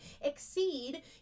exceed